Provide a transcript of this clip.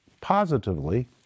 positively